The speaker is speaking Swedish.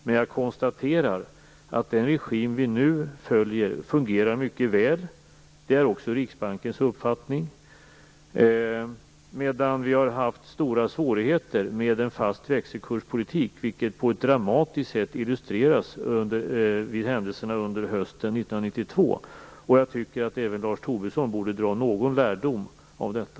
Men jag konstaterar att den regim vi nu följer fungerar mycket väl - det är också Riksbankens uppfattning - medan vi har haft stora svårigheter med en fast växelkurspolitik, vilket på ett dramatiskt sätt illustreras av händelserna hösten 1992. Jag tycker att även Lars Tobisson borde dra någon lärdom av detta.